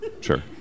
Sure